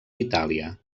itàlia